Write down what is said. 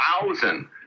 thousand